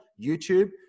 youtube